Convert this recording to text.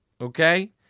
okay